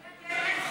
מירב,